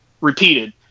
repeated